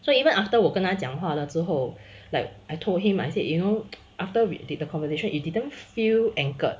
so even after 我跟他讲话了之后 like I told him I said you know after we did the conversation it didn't feel anchored